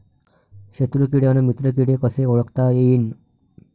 शत्रु किडे अन मित्र किडे कसे ओळखता येईन?